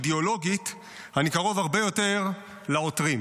אידיאולוגית אני קרוב הרבה יותר לעותרים.